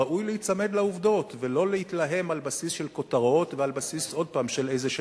ראוי להיצמד לעובדות ולא להתלהם על בסיס של כותרות ועל בסיס של שמועות.